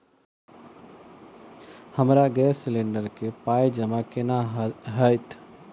हमरा gas cylinder केँ पाई जमा केना हएत?